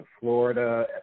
Florida